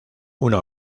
una